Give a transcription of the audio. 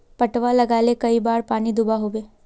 पटवा लगाले कई बार पानी दुबा होबे?